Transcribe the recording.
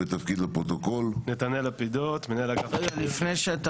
רגע לפני,